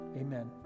Amen